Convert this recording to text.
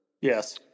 Yes